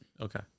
Okay